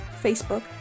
Facebook